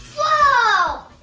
whoa!